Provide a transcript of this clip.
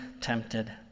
tempted